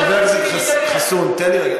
חבר הכנסת חסון, תן לי רגע.